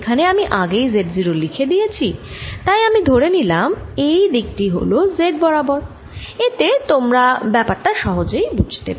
এখানে আমি আগেই Z0 লিখে দিয়েছি তাই আমি ধরে নিলাম এই দিক টি হল z বরাবর এতে তোমরা ব্যাপার টা সহজেই বুঝতে পারবে